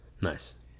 Nice